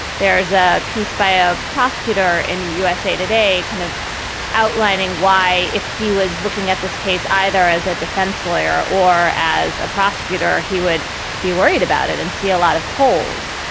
there's a piece by a prosecutor in usa today kind of outlining why, if he was looking at this case, either as a defense lawyer or as a prosecutor, he would be worried about it and see a lot of holes.